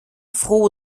froh